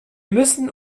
müssen